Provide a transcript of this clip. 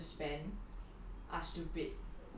people will take this five hundred dollars to spend